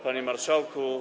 Panie Marszałku!